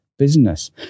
Business